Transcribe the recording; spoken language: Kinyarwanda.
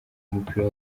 umupira